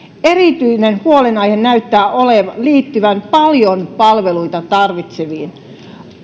erityinen huolenaihe näyttää liittyvän paljon palveluita tarvitseviin